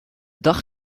dag